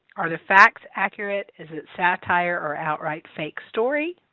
are the facts accurate? is it satire or outright fake story?